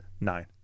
nine